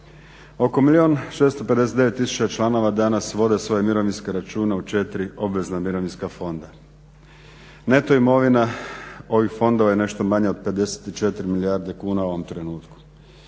i 659 tisuća članova danas vode svoje mirovinske račune u 4 obvezna mirovinska fonda. Neto imovina ovih fondova je nešto manja od 54 milijarde kuna u ovom trenutku.